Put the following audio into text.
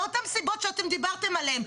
מאותן סיבות שאתם דיברתם עליהם.